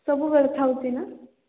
ସବୁବେଳେ ଥାଉଛି ନା